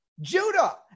Judah